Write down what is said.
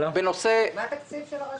מה התקציב של הרשות?